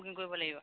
booking কৰিব লাগিব